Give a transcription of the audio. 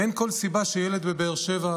אין כל סיבה שילד בבאר שבע,